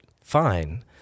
Fine